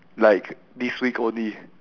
like this week only